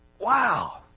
Wow